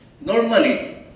normally